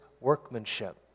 workmanship